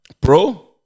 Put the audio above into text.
Bro